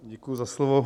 Děkuji za slovo.